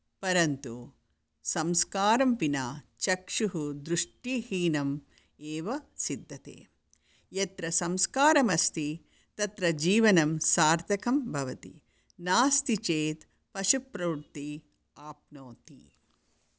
परन्तु संस्कारं विना चक्षुः दृष्टिहीनम् एव सिद्ध्यति यत्र संस्कारमस्ति तत्र जीवनं सार्थकं भवति नास्ति चेत् पशुप्रवृत्तिं आप्नोति